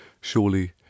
surely